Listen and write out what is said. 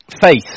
faith